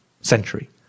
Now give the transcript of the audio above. century